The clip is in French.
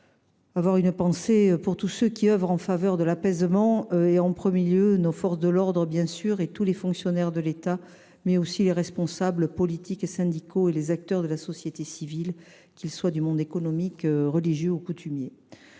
avoir une pensée pour tous ceux qui œuvrent en faveur de l’apaisement, notamment nos forces de l’ordre, les fonctionnaires de l’État, mais aussi les responsables politiques et syndicaux ainsi que les acteurs de la société civile, qu’ils soient issus du monde économique, religieux ou coutumier.